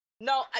no